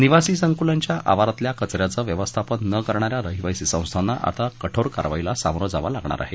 निवासी संकुलांच्या आवारातल्या कचऱ्याचं व्यवस्थापन न करणाऱ्या रहिवासी संस्थांना आता कठोर कारवाईला सामोरं जावं लागणार आहे